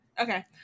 okay